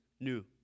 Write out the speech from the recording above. new